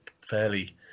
fairly